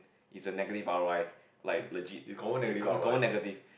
is a negative R_O_I like legit confirm confirm negative